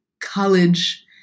college